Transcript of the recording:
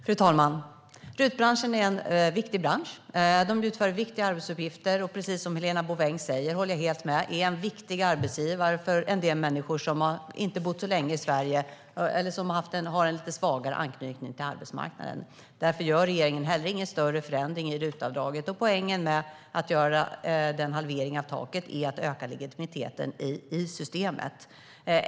Fru talman! RUT-branschen är en viktig bransch. Den utför viktiga arbetsuppgifter, och precis som Helena Bouveng säger - jag håller helt med - är den en viktig arbetsgivare för en del människor som inte har bott så länge i Sverige eller som har en lite svagare anknytning till arbetsmarknaden. Därför gör regeringen heller ingen större förändring av RUT-avdraget. Poängen med att halvera taket är att öka legitimiteten i systemet.